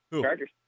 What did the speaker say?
Chargers